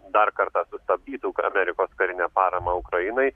dar kartą sustabdytų amerikos karinę paramą ukrainai